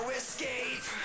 escape